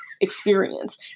experience